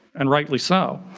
and rightly so.